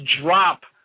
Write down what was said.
drop